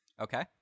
Okay